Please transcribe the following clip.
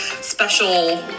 special